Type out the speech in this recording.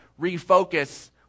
refocus